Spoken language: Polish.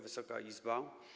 Wysoka Izbo!